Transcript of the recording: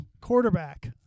Quarterback